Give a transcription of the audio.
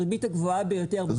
הריבית הגבוהה ביותר בבנק הפועלים,